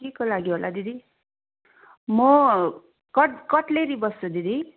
केको लागि होला दिदी म कट कटलेरी बस्छु दिदी